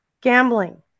gambling